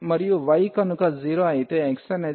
మరియు y కనుక 0 అయితే x అనేది 3 a